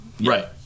Right